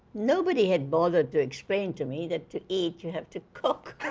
nobody had bothered to explain to me that to eat you have to cook